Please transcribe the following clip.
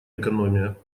экономия